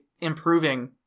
improving